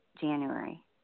January